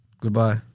Goodbye